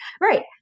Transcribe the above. right